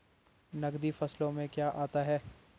नकदी फसलों में क्या आता है?